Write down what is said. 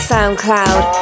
SoundCloud